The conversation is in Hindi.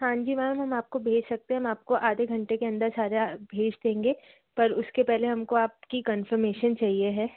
हाँ जी मैम हम आपको भेज सकते हैं हम आपको आधे घंटे के अंदर सारा भेज देंगे पर उसके पहले हमको आपकी कन्फ़र्मेशन चाहिए है